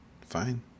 Fine